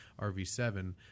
rv7